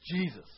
Jesus